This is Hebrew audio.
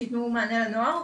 שיתנו מענה לנוער.